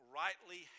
rightly